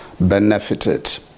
benefited